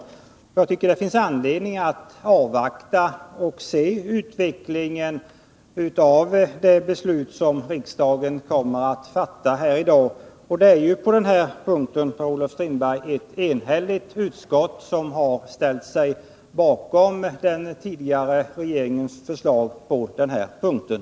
Jag tycker att det finns anledning att avvakta och följa utvecklingen av det beslut som riksdagen kommer att fatta här i dag. Det är ju, Per-Olof Strindberg, ett enhälligt utskott som har ställt sig bakom den tidigare regeringens förslag på den här punkten.